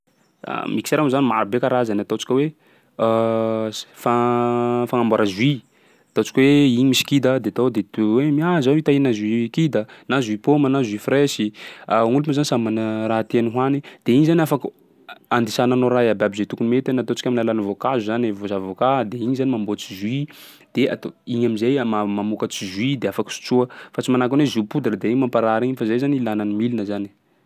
Mixeur moa zany maro be karazany, ataontsika hoe fa- fagnamboara jus, ataontsika hoe igny misy kida de atao ao de de hoe: ah! zaho io ta hina jus kida na jus paoma na jus fraizy, olo moa zany samby mana raha tiany hohany, de iny zany afaky ho a- andisananao raha iabiaby zay tokony mety na ataontsika amin'ny alalan'ny voankazo zany e vo- zavôkà, de igny zany mamboatsy jus de atao igny am'zay ama- mamokatsy jus de afaky sotsoa fa tsy manahaky ny hoe jus poudre de igny mamparary igny fa zay zany ny ilana ny milina zany e.